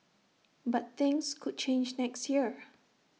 but things could change next year